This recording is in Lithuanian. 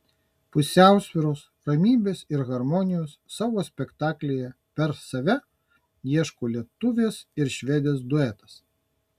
pusiausvyros ramybės ir harmonijos savo spektaklyje per save ieško lietuvės ir švedės duetas